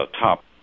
top